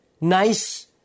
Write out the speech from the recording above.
nice